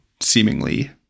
seemingly